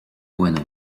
bueno